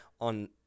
on